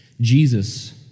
Jesus